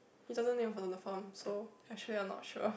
he also on the farm so actually I'm not sure